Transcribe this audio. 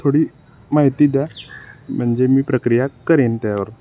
थोडी माहिती द्या म्हणजे मी प्रक्रिया करेन त्यावर